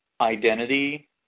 identity